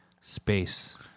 space